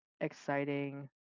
exciting